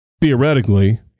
theoretically